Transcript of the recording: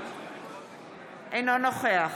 אינו נוכח